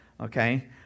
okay